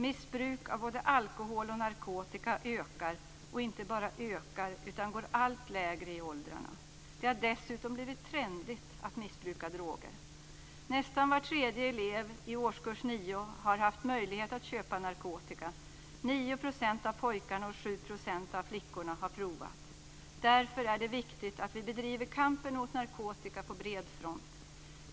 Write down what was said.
Missbruk av både alkohol och narkotika ökar. Det inte bara ökar, utan det går också allt längre ned i åldrarna. Det har dessutom blivit trendigt att missbruka droger. Nästan var tredje elev i årskurs 9 har haft möjlighet att köpa narkotika. 9 % av pojkarna och 7 % av flickorna har prövat. Därför är det viktigt att vi bedriver kampen mot narkotika på bred front.